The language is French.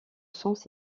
sens